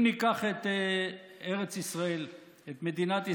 אם ניקח את ארץ ישראל, את מדינת ישראל,